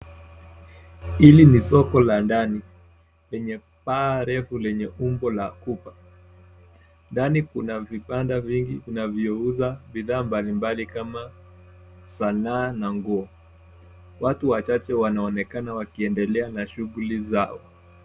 Hili ni soko la ndani lenye paa refu lenye umbo la kupa. Ndani kuna vibanda vingi vinavyouza bidhaa mbalimbali kama sanaa na nguo. Watu wachache wanaonekana wakiendelea na shughuli zao.